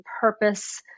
purpose